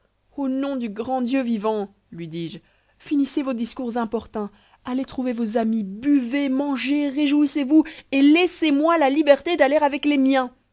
au nom du grand dieu vivant lui dis-je finissez vos discours importuns allez trouver vos amis buvez mangez réjouissez-vous et laissez-moi la liberté d'aller avec les miens